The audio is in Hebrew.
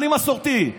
אני מסורתי.